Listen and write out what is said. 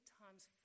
times